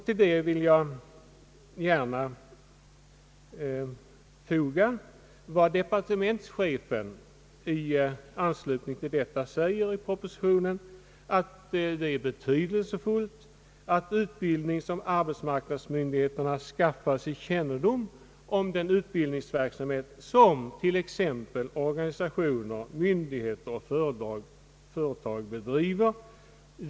Till detta vill jag gärna foga vad departementschefen säger i propositionen om att det är betydelsefullt att utbildningsoch arbetsmarknadsmyndigheterna skaffar sig kännedom om den utbildningsverksamhet som t.ex. organisationer, myndigheter och företag bedriver.